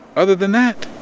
other than that,